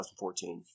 2014